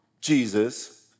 Jesus